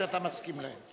שאתה מסכים להם.